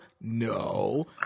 No